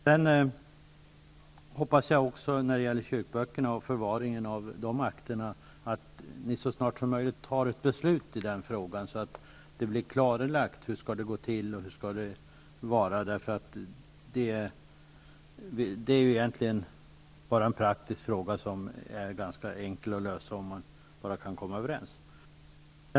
Jag hoppas att ni så snart som möjligt fattar ett beslut beträffande förvaringen av kyrkoböckerna, så att det blir klarlagt hur det skall gå till. Det är egentligen bara en praktisk fråga, som är ganska enkel att lösa om man bara kan komma överens.